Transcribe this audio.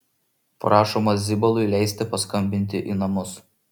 prašoma zibalui leisti paskambinti į namus